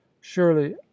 surely